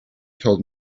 told